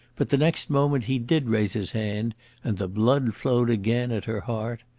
but the next moment he did raise his hand and the blood flowed again, at her heart.